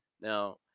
Now